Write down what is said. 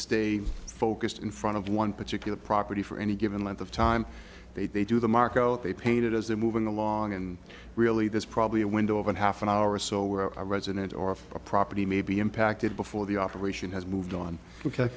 stay focused in front of one particular property for any given length of time they do the marco they painted as they're moving along and really there's probably a window of in half an hour or so where a resident or a property may be impacted before the operation has moved on